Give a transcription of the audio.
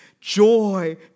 Joy